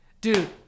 dude